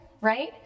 right